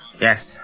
Yes